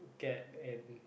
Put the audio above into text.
get and